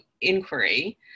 inquiry